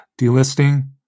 delisting